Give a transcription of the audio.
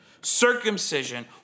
Circumcision